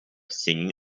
singing